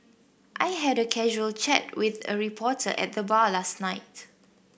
I had a casual chat with a reporter at the bar last night